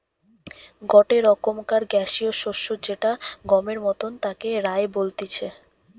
গটে রকমকার গ্যাসীয় শস্য যেটা গমের মতন তাকে রায় বলতিছে